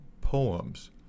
poems